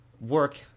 work